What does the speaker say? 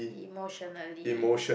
emotionally